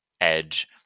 edge